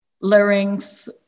larynx